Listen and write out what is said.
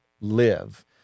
live